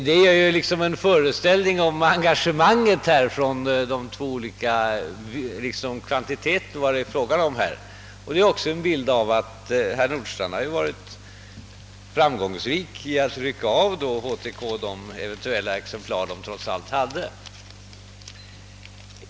Dessa siffror ger liksom en föreställning om omfattningen av engagemanget hos de två förbunden. De visar också att herr Nordstrandh har varit framgångsrik när det har gällt att rycka av HTK de exemplar som de trots allt hade.